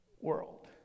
world